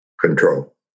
control